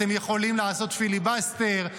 אתם יכולים לעשות פיליבסטר,